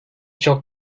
çok